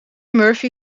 murphy